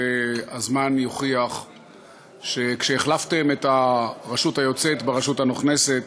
הזמן יוכיח שכשהחלפתם את הרשות היוצאת ברשות הנכנסת